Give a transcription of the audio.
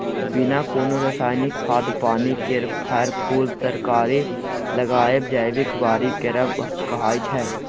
बिना कोनो रासायनिक खाद पानि केर फर, फुल तरकारी लगाएब जैबिक बारी करब कहाइ छै